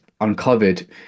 uncovered